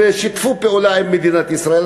ושיתפו פעולה עם מדינת ישראל,